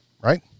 Right